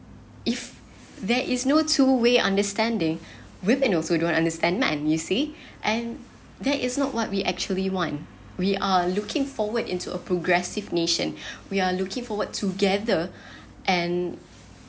if there is no two way understanding women also don't understand man you see and there is not what we actually want we are looking forward into a progressive nation we are looking forward together and